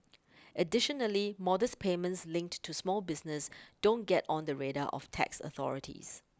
additionally modest payments linked to small business don't get on the radar of tax authorities